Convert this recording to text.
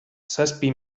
zazpi